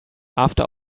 after